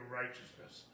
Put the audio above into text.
righteousness